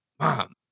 Mom